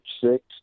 six